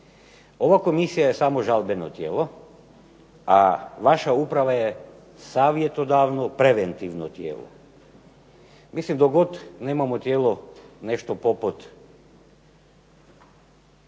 Ova komisija je samo žalbeno tijelo, a vaša uprava je savjetodavno preventivno tijelo. Mislim dok god nemamo tijelo nešto poput